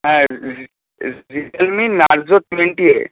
হ্যাঁ Realme Narzo twenty eight